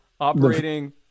operating